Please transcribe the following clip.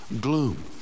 gloom